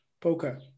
Poker